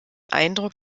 eindruck